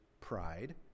pride